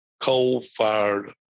coal-fired